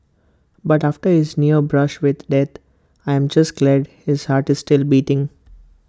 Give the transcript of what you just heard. but after his near brush with death I'm just glad his heart is still beating